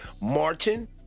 Martin